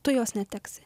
tu jos neteksi